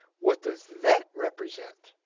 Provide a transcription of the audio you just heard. what does that represent?